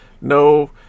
no